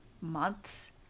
months